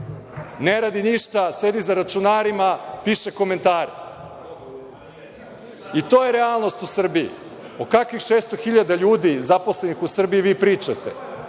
ne rade ništa, sede za računarima, pišu komentare. To je realnost u Srbiji. O kakvih 600.000 ljudi zaposlenih u Srbiji vi pričate?